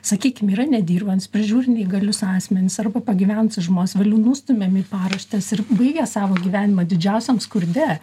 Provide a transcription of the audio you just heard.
sakykim yra nedirbantys prižiūri neįgalius asmenis arba pagyvenusius žmones vėliau nustumiami į paraštes ir baigia savo gyvenimą didžiausiam skurde